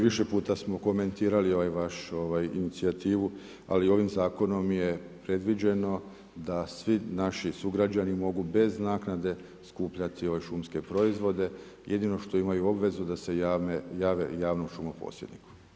Više puta smo komentirali ovu vašu inicijativu, ali ovim zakonom je predviđeno da svi naši sugrađani mogu bez naknade skupljati ove šumske proizvode, jedino što imaju obvezu da se jave javnom šumoposjedniku.